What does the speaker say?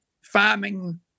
farming